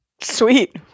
Sweet